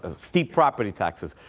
ah steep property taxes.